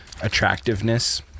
Attractiveness